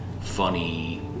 funny